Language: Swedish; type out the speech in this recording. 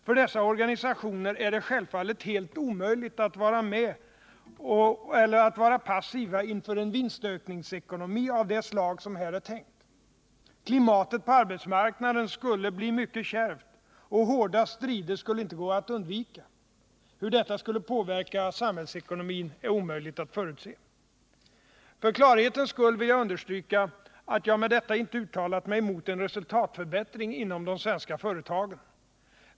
För dessa organisationer är det självfallet helt omöjligt att vara passiva inför en vinstökningsekonomi av det slag som här är tänkt. Klimatet på arbetsmarknaden skulle bli mycket kärvt och hårda strider skulle inte gå att undvika. Hur detta skulle påverka samhällsekonomin är omöjligt att förutse. För klarhetens skull vill jag understryka att jag med detta inte uttalat mig mot en resultatförbättring inom de svenska företagen.